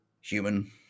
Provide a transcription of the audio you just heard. Human